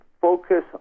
focus